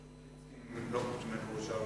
אתה בטוח שאת